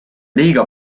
liiga